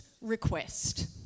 request